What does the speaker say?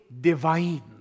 divine